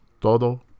Todo